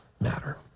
matter